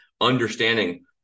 understanding